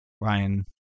Ryan